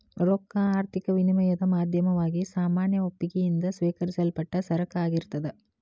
ರೊಕ್ಕಾ ಆರ್ಥಿಕ ವಿನಿಮಯದ್ ಮಾಧ್ಯಮವಾಗಿ ಸಾಮಾನ್ಯ ಒಪ್ಪಿಗಿ ಯಿಂದ ಸ್ವೇಕರಿಸಲ್ಪಟ್ಟ ಸರಕ ಆಗಿರ್ತದ್